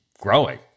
growing